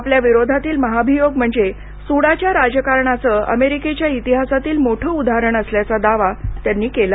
आपल्याविरोधातील महाभियोग म्हणजे सूडाच्या राजकारणाचं अमेरिकेच्या इतिहासातील मोठं उदाहरण असल्याचा दावा त्यांनी केला